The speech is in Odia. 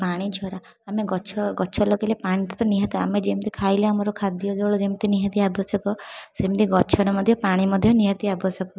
ପାଣି ଝରା ଆମେ ଗଛ ଗଛ ଲଗେଇଲେ ପାଣି ତ ନିହାତି ଆମେ ଯେମିତି ଖାଇଲେ ଆମର ଖାଦ୍ୟ ଜଳ ନିହାତି ଆବଶ୍ୟକ ସେମିତି ଗଛରେ ମଧ୍ୟ ପାଣି ମଧ୍ୟ ନିହାତି ଆବଶ୍ୟକ